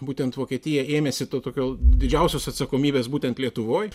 būtent vokietija ėmėsi to tokio didžiausios atsakomybės būtent lietuvoj